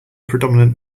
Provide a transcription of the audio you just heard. predominant